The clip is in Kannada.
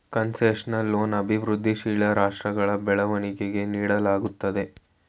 ಕನ್ಸೆಷನಲ್ ಲೋನ್ ಅಭಿವೃದ್ಧಿಶೀಲ ರಾಷ್ಟ್ರಗಳ ಬೆಳವಣಿಗೆಗೆ ನೀಡಲಾಗುತ್ತದೆ